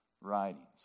writings